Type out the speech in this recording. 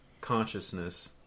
consciousness